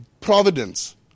providence